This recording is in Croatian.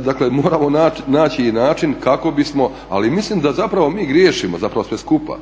dakle moramo naći i način kako bismo, ali mislim da zapravo mi griješimo zapravo svi skupa.